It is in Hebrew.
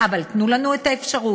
אבל תנו לנו את האפשרות.